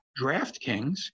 DraftKings